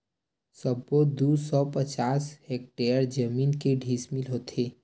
सबो दू सौ पचास हेक्टेयर जमीन के डिसमिल होथे?